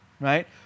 right